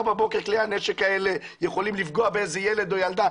בבוקר כלי הנשק האלה יכולים לפגוע באיזה ילד או ילדה,